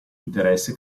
interesse